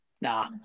Nah